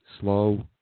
slow